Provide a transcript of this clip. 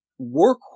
Work